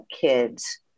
kids